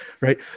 right